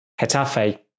Hetafe